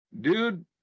dude